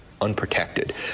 unprotected